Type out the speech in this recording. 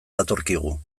datorkigu